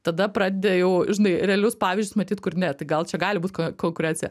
tada pradedi jau žinai realius pavyzdžius matyt kur ne gal čia gali būt konkurencija